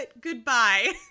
goodbye